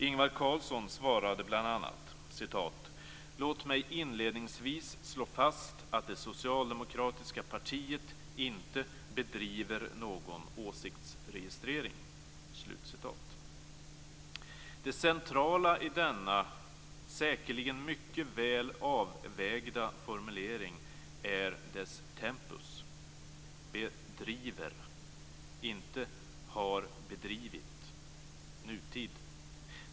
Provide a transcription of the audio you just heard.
Ingvar Carlsson svarade bl.a.: "Låt mig inledningsvis slå fast att det socialdemokratiska partiet inte bedriver någon åsiktsregistrering." Det centrala i denna, säkerligen mycket väl avvägda, formulering är dess tempus. Ingvar Carlsson säger "bedriver", inte "har bedrivit". Det rör sig om nutid.